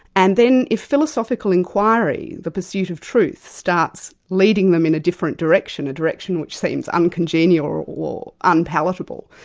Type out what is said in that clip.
and then if philosophical inquiry, the pursuit of truth, starts leading them in a different direction, a direction which seems uncongenial or or unpalatable,